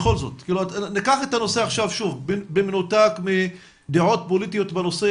ניקח את הנושא במנותק מדעות פוליטיות בנושא,